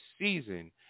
season